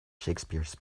shakespeare’s